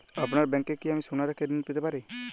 আপনার ব্যাংকে কি আমি সোনা রেখে ঋণ পেতে পারি?